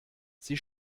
sie